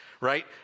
Right